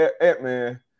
Ant-Man